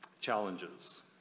Challenges